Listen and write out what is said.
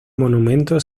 monumento